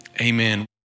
Amen